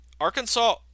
Arkansas